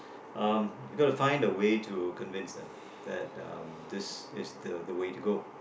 um you gotta find a way to convince them that um this is the the way to go